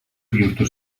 bihurtu